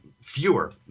fewer